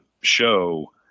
show